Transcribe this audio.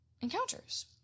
encounters